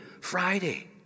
Friday